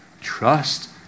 trust